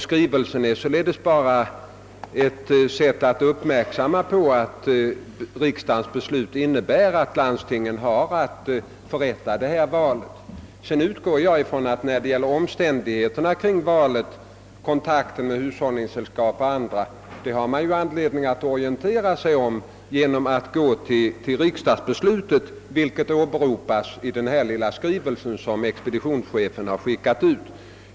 Skrivelsen har bara varit ett sätt att göra landstingen uppmärksamma på att riksdagens beslut innebär att landstingen har att förrätta detta val, men jag utgår ifrån att landstingen när det gäller omständigheterna kring valet, kontakten med hushållningssällskapen och andra, kommer att orientera sig genom att gå till riksdagsbeslutet, vilket också åberopas i den kortfattade skri velse som expeditionschefen har skickat ut.